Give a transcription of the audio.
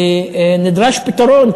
ונדרש פתרון,